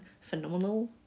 phenomenal